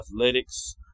athletics